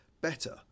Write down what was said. better